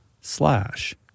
slash